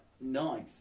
nice